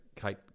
Kate